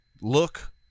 look